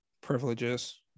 privileges